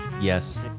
yes